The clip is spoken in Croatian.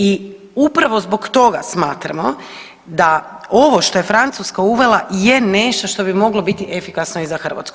I upravo zbog toga smatramo da ovo što je Francuska uvela je nešto što bi moglo biti efikasno i za Hrvatsku.